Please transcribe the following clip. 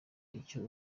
icyo